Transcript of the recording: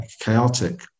chaotic